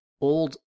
old